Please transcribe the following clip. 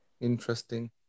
interesting